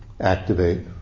activate